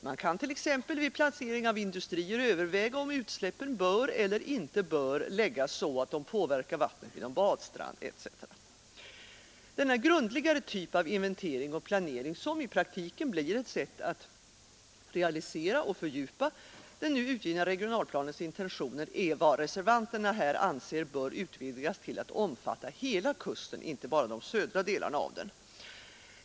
Man kan t.ex. vid placering av industrier överväga om utsläppen bör eller inte bör läggas så att de påverkar vattnet vid någon badstrand. Denna grundligare typ av inventering och planering, som i praktiken blir ett sätt att realisera och fördjupa den nu utgivna regionalplanens intentioner, är vad reservanterna anser bör utvidgas till att omfatta hela kusten, inte bara de södra delarna av den.